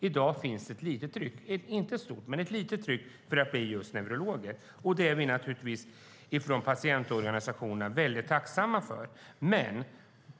I dag finns det ett litet tryck - inte ett stort men ett litet - för att bli just neurologer. Det är vi från patientorganisationerna naturligtvis väldigt tacksamma för.